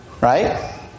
Right